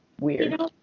weird